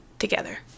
together